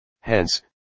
Hence